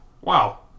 wow